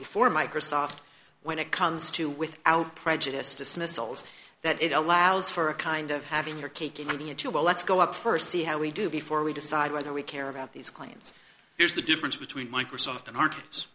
before microsoft when it comes to without prejudice dismissals that it allows for a kind of having your cake and eating it too well let's go up st see how we do before we decide whether we care about these claims here's the difference between microsoft and